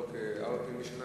לא רק ארבע פעמים בשנה,